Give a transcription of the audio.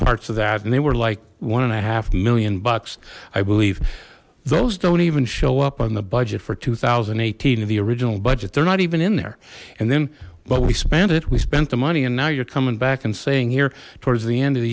parts of that and they were like one and a half million bucks i believe those don't even show up on the budget for two thousand and eighteen of the original budget they're not even in there and then but we spent it we spent the money and now you're coming back and saying here towards the end of the